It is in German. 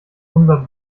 unser